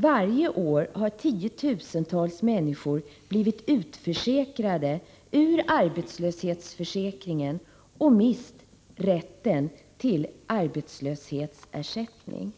Varje år har tiotusentals människor blivit utförsäkrade ur arbetslöshetsförsäkringen och mist rätten till arbetslöshetsersättning.